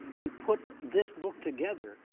to put this book together,